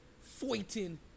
fighting